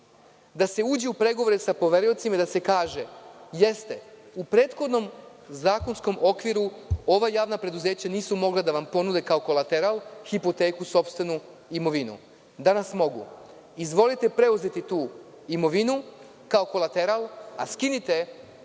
da se uđe u pregovore sa poveriocima i da se kaže – jeste, u prethodnom zakonskom okviru ova javna preduzeća nisu mogla da vam ponude kao kolateral hipoteku sopstvenu imovinu, danas mogu. Izvolite preuzeti tu imovinu kao kolateral, a skinite